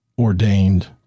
ordained